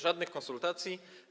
Żadnych konsultacji.